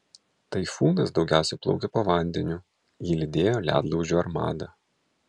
taifūnas daugiausia plaukė po vandeniu jį lydėjo ledlaužių armada